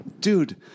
dude